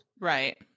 Right